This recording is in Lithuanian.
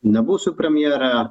nebūsiu premjerė